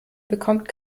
bekommt